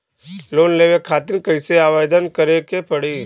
Loan लेवे खातिर कइसे आवेदन करें के पड़ी?